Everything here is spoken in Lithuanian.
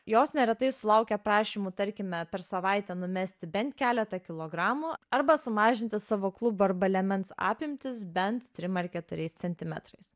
jos neretai sulaukia prašymų tarkime per savaitę numesti bent keletą kilogramų arba sumažinti savo klubų arba liemens apimtis bent trim ar keturiais centimetrais